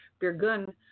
Birgun